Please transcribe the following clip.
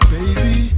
Baby